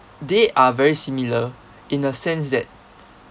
they are very similar in a sense that